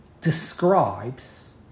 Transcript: describes